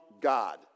God